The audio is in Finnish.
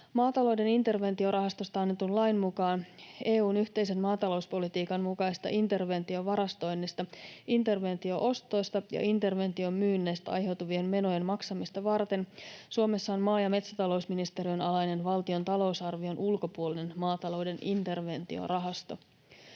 Maatalouden interventiorahastosta annetun lain mukaan EU:n yhteisen maatalouspoli-tiikan mukaisesta interventiovarastoinnista, interventio-ostoista ja interventiomyynneistä aiheutuvien menojen maksamista varten Suomessa on maa- ja metsätalousministeriön alainen valtion talousarvion ulkopuolinen maatalouden interventiorahasto.